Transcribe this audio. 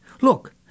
Look